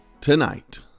tonight